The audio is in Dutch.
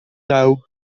dauw